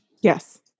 Yes